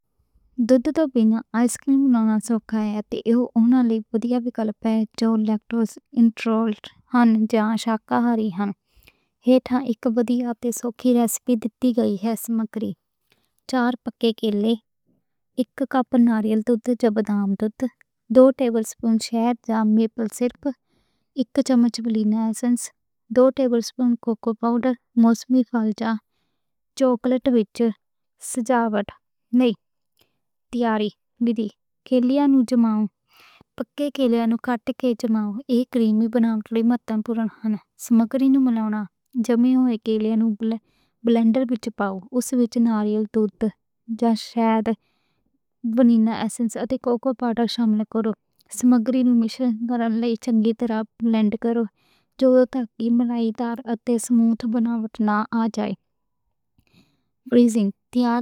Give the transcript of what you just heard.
دودھ بِنا ice cream سوکھے یا؟ ایہ اُنہاں لئی بڑیا پِک اے، جو لیکٹوز اِنٹولرینٹ ہن یا شیف ہن۔ ایہ تاں اک بڑیا تے سوہنی دیسی ریسیپی اے۔ سمگری: چار پکے کیلے، اک کپ ناریل دا دودھ یا بادام دا دودھ، دو ٹیبل سپون شہد یا میپل سیرپ، اک چمچ ونِلا ایسنس، دو ٹیبل سپون کوکو پاؤڈر، موسمی کھجوراں۔ چاکلیٹ وِچ سجاوٹ، نہیں، دیواری، لگڑی لئی نوں جَمّاؤ، پکے کیلّیاں نوں کَٹ کے جَمّاؤ، اک لگڑی دی بناوٹ محتوَر حد۔ تمام سمگری نوں مِلا کے جَمّے ہوۓ کیلّے نوں بلینڈر وِچ پاؤ، اُس وِچ ناریل دا دودھ تے شہد، ونِلا ایسنس اتے کوکو پاؤڈر شامل کرو۔ تمام سمگری نوں چنگی طرح بلینڈ کرو۔ جدو تک ملائیدار اتے سموٹھ بناوٹ نہ آ جائے، فریزنگ تائیں۔